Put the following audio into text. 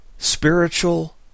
spiritual